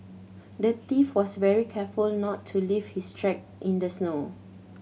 the thief was very careful not to leave his track in the snow